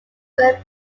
fern